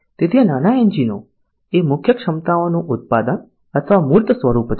તેથી આ નાના એન્જિનો એ મુખ્ય ક્ષમતાઓનું ઉત્પાદન અથવા મૂર્ત સ્વરૂપ છે